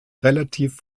relativ